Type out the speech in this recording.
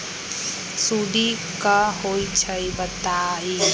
सुडी क होई छई बताई?